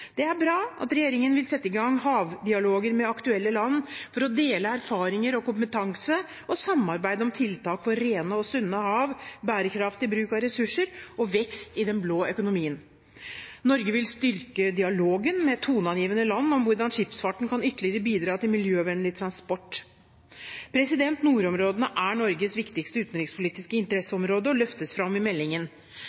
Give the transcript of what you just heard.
Det er bra at regjeringen vil sette i gang havdialoger med aktuelle land for å dele erfaringer og kompetanse og samarbeide om tiltak for rene og sunne hav, bærekraftig bruk av ressursene og vekst i den blå økonomien. Norge vil styrke dialogen med toneangivende land om hvordan skipsfarten ytterligere kan bidra til miljøvennlig transport. Nordområdene er Norges viktigste utenrikspolitiske